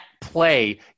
play